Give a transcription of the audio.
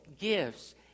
gifts